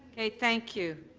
okay. thank you.